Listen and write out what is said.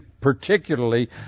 particularly